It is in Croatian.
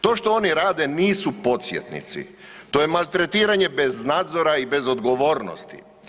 To što oni rade nisu podsjetnici, to je maltretiranje bez nadzora i bez odgovornosti.